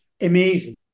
amazing